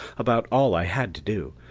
about all i had to do.